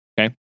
okay